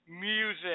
music